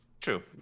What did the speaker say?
True